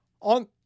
on